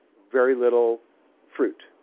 very little fruit.